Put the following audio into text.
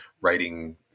writing